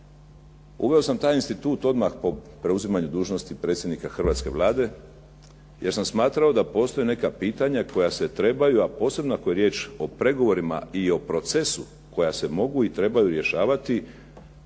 Uveo sam taj institut odmah po preuzimanju dužnosti predsjednika hrvatske Vlade, jer sam smatramo da postoje neka pitanja koja se trebaju, a posebno ako je riječ o pregovorima i o procesu koja se mogu i trebaju rješavati,